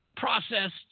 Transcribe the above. processed